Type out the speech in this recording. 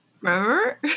Remember